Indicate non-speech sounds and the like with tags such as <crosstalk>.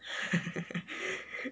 <laughs>